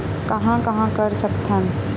कहां कहां कर सकथन?